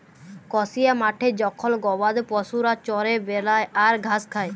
কসিয়া মাঠে জখল গবাদি পশুরা চরে বেড়ায় আর ঘাস খায়